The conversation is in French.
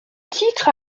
titre